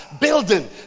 building